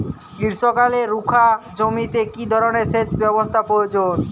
গ্রীষ্মকালে রুখা জমিতে কি ধরনের সেচ ব্যবস্থা প্রয়োজন?